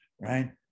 right